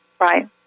Right